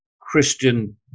Christian